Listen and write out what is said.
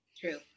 True